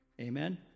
Amen